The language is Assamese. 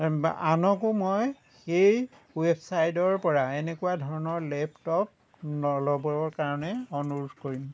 বা আনকো মই সেই ৱেবছাইটৰ পৰা এনেকুৱা ধৰণৰ লেপটপ নল'বৰ কাৰণে অনুৰোধ কৰিম